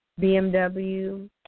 BMW